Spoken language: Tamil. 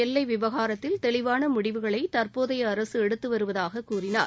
எல்லை விவகாரத்தில் தெளிவாள முடிவுகளை தற்போதைய அரசு எடுத்து வருவதாக கூறினார்